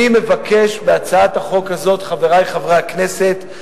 חבר הכנסת,